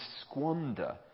squander